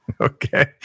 Okay